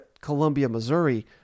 Columbia-Missouri